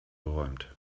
geräumt